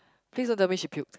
please don't tell me she puke